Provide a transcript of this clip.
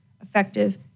effective